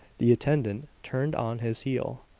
the attendant turned on his heel,